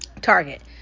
Target